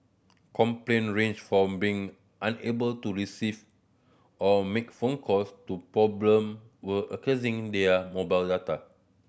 complaint ranged from being unable to receive or make phone calls to problem were accessing their mobile data